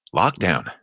lockdown